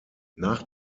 nach